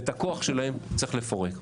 ואת הכוח שלהם צריך לפורר.